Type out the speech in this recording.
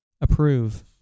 approve